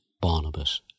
Barnabas